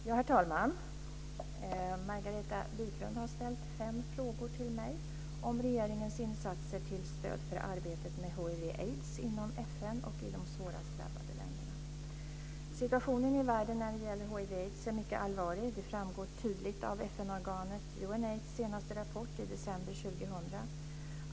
Herr talman! Margareta Viklund har ställt fem frågor till mig om regeringens insatser till stöd för arbetet mot hiv aids är mycket allvarlig. Det framgår tydligt av FN-organet UNAIDS senaste rapport, i december 2000.